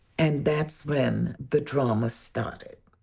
and that's when the drama started.